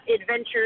adventures